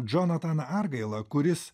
džonataną argailą kuris